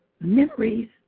Memories